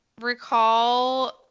recall